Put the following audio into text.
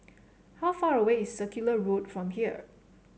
how far away is Circular Road from here